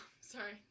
sorry